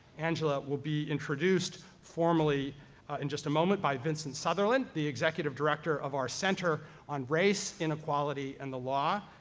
angela will be introduced formally in just a moment by vincent southerland, the executive director of our center on race, inequality, and the law.